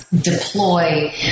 deploy